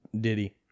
Diddy